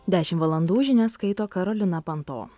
dešim valandų žinias skaito karolina panto